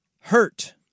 Hurt